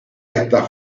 esta